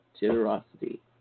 generosity